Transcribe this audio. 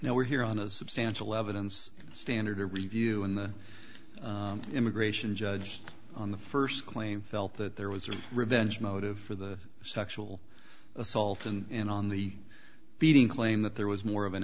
now we're here on a substantial evidence standard a review in the immigration judge on the first claim felt that there was a revenge motive for the sexual assault and in on the beating claim that there was more of an